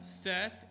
Seth